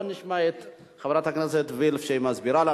בואו נשמע את חברת הכנסת וילף שמסבירה לנו,